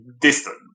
distance